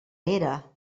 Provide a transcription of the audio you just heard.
era